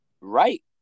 Right